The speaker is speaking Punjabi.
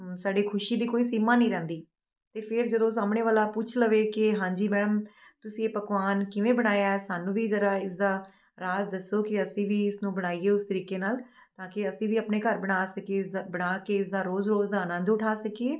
ਸਾਡੀ ਖੁਸ਼ੀ ਦੀ ਕੋਈ ਸੀਮਾ ਨਹੀਂ ਰਹਿੰਦੀ ਅਤੇ ਫਿਰ ਜਦੋਂ ਸਾਹਮਣੇ ਵਾਲਾ ਪੁੱਛ ਲਵੇ ਕਿ ਹਾਂਜੀ ਮੈਮ ਤੁਸੀਂ ਇਹ ਪਕਵਾਨ ਕਿਵੇਂ ਬਣਾਇਆ ਹੈ ਸਾਨੂੰ ਵੀ ਜ਼ਰਾ ਇਸਦਾ ਰਾਜ਼ ਦੱਸੋ ਕਿ ਅਸੀਂ ਵੀ ਇਸਨੂੰ ਬਣਾਈਏ ਉਸ ਤਰੀਕੇ ਨਾਲ ਤਾਂ ਕਿ ਅਸੀਂ ਵੀ ਆਪਣੇ ਘਰ ਬਣਾ ਸਕੀਏ ਇਸਦਾ ਬਣਾ ਕੇ ਇਸਦਾ ਰੋਜ਼ ਰੋਜ਼ ਆਨੰਦ ਉਠਾ ਸਕੀਏ